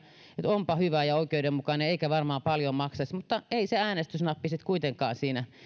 että onpa hyvä ja oikeudenmukainen eikä varmaan paljon maksaisi mutta ei se äänestysnappi sitten kuitenkaan siinä